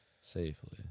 Safely